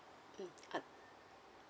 mm un~